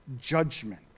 judgment